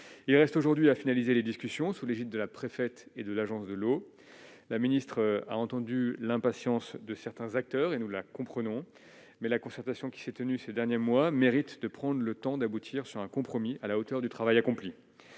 il reste aujourd'hui à finaliser les discussions sous l'égide de la préfète et de l'Agence de l'eau, la ministre a entendu l'impatience de certains acteurs et nous la comprenons mais la concertation qui s'est tenu ces derniers mois, mérite de prendre le temps d'aboutir sur un compromis à la hauteur du travail accompli